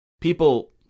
People